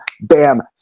bam